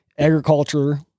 Agriculture